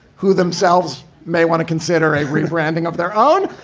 who themselves may want to consider a rebranding of their own.